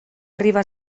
arribar